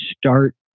start